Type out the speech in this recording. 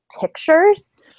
pictures